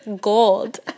gold